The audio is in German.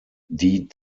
die